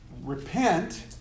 repent